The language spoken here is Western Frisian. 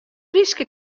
fryske